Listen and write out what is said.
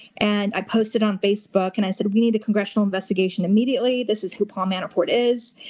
and i posted on facebook, and i said, we need a congressional investigation immediately. this is who paul manafort is.